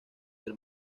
ser